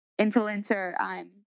influencer